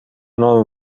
non